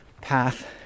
path